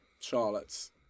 Charlotte's